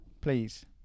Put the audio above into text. please